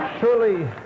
Surely